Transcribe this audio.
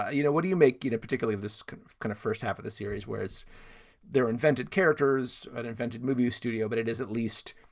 ah you know, what do you make, you know, particularly this kind of first half of the series, whereas there are invented characters, an invented movie studio, but it is at least,